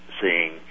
seeing